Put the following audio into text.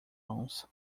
mãos